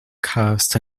cursed